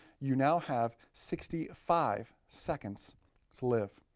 you now have sixty five seconds to live.